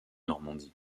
normandie